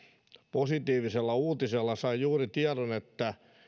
positiivisella uutisella sain juuri tiedon että